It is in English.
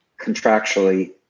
contractually